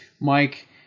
Mike